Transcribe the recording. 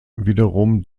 wiederum